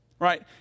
Right